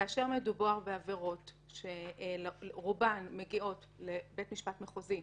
כאשר מדובר בעבירות שרובן מגיעות לבית משפט מחוזי,